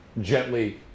gently